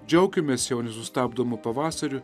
džiaukimės jau nesustabdomu pavasariu